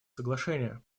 соглашения